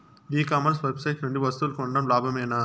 ఈ commerce website నుండి వస్తువులు కొనడం లాభమేనా?